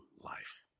life